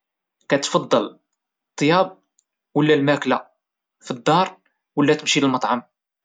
واش كتفضل الطياب ولا الماكلة فالدار ولا تمشي للمطعم؟